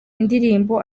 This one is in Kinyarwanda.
ndirimbo